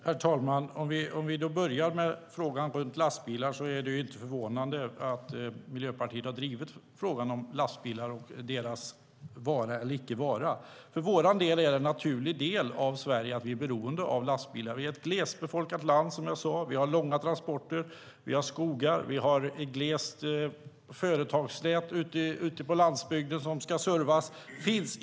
Herr talman! Om jag börjar med lastbilar är det inte förvånande att Miljöpartiet har drivit frågan om lastbilar och deras vara eller icke vara. För vår del är det naturligt att vi i Sverige är beroende av lastbilar. Vi är ett glesbefolkat land, som jag sade. Vi har långa transporter. Vi har skogar. Vi har ett glest företagsnät ute på landsbygden som ska servas.